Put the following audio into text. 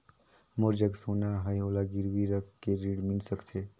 मोर जग सोना है ओला गिरवी रख के ऋण मिल सकथे?